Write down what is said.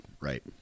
right